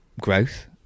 growth